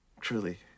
Truly